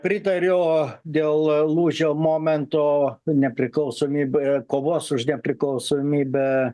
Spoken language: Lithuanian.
pritariu dėl lūžio momento nepriklausomė kovos už nepriklausomybę